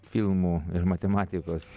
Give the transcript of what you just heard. filmų ir matematikos